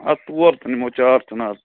اَدٕ تور تہِ نِمہو چار چِنار